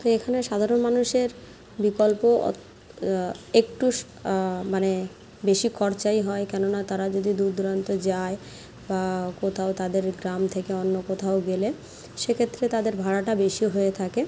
তো এখানে সাধারণ মানুষের বিকল্প একটু মানে বেশি খরচাই হয় কেন না তারা যদি দূর দূরান্ত যায় বা কোথাও তাদের গ্রাম থেকে অন্য কোথাও গেলে সেক্ষেত্রে তাদের ভাড়াটা বেশি হয়ে থাকে